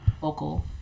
vocal